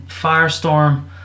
firestorm